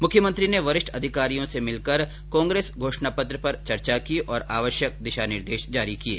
मुख्यमंत्री ने वरिष्ठ अधिकारियों से मिलकर कांग्रेस घोषणा पत्र पर चर्चा की और आवश्यक दिशा निर्देश जारी किये